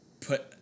put